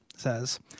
says